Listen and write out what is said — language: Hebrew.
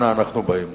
אנה אנחנו באים.